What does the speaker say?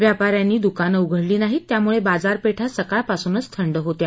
व्यापाऱ्यांनी दुकानं उघडली नाहीत त्यामुळे बाजारपेठा सकाळपासूनच थंड होत्या